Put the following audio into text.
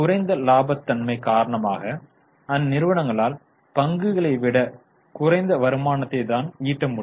குறைந்த இலாபத்தன்மை காரணமாக அந்நிறுவங்களால் பங்குகளை விட குறைந்த வருமானத்தை தான் ஈட்ட முடியும்